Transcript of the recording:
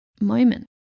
moment